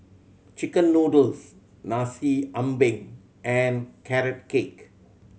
chicken noodles Nasi Ambeng and Carrot Cake